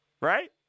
right